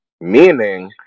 meaning